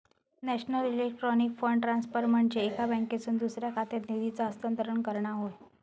national electronic fund transfer म्हनजे एका बँकेतसून दुसऱ्या खात्यात निधीचा हस्तांतरण करणा होय